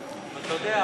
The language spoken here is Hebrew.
אבל אתה יודע,